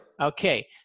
Okay